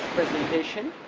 presentation.